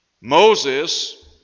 Moses